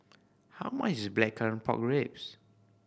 how much is Blackcurrant Pork Ribs